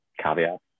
caveat